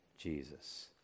Jesus